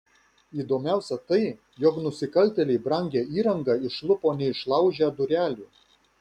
įdomiausia tai jog nusikaltėliai brangią įrangą išlupo neišlaužę durelių